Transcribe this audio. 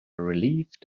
relieved